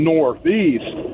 Northeast